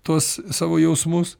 tuos savo jausmus